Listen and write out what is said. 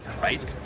right